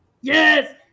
Yes